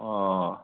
অ